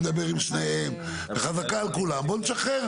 בותמ"ל לא צריך.